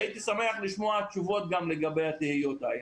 הייתי שמח לשמוע תשובות גם לגבי התהיות האלה.